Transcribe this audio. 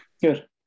good